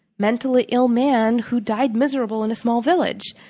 mentally ill man who died miserable in a small village.